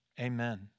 Amen